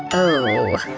ooh.